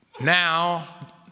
now